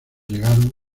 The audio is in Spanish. llegaron